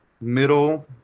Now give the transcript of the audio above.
middle